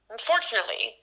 Unfortunately